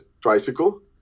Tricycle